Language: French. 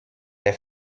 les